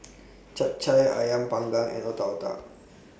Chap Chai Ayam Panggang and Otak Otak